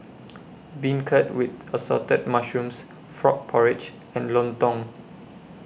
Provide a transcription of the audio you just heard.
Beancurd with Assorted Mushrooms Frog Porridge and Lontong